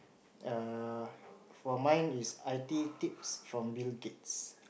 uh for mine is I_T tips from Bill-Gates